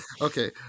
okay